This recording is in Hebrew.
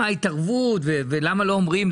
מה ההתערבות ולמה לא אומרים,